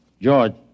George